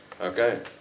Okay